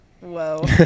whoa